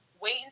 Wait